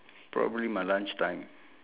probably my lunch time